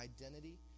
identity